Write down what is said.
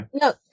No